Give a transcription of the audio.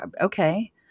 okay